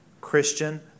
Christian